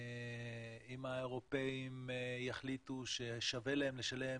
אם האירופאים יחליטו ששווה להם לשלם